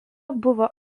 buvo